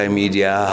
media